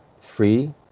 free